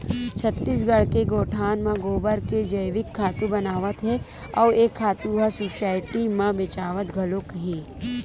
छत्तीसगढ़ के गोठान म गोबर के जइविक खातू बनावत हे अउ ए खातू ह सुसायटी म बेचावत घलोक हे